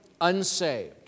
unsaved